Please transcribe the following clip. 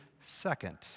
second